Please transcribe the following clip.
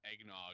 eggnog